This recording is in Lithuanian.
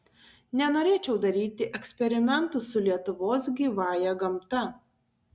nenorėčiau daryti eksperimentų su lietuvos gyvąja gamta